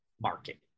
market